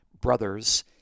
brothers